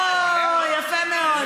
או, יפה מאוד.